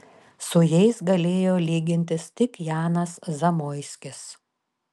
su jais galėjo lygintis tik janas zamoiskis